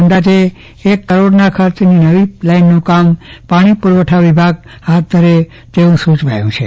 અંદાજે એક કરોડના ખર્ચની નવી લાઈનનું કામ પણ પુરવઠા વિભાગ હાથ ધરે તેવું સુચવાયું છે